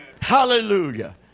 Hallelujah